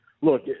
look